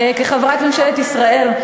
כחברת ממשלת ישראל,